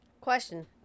Question